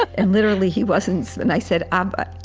and literally he wasn't and i said, abba,